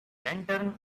lantern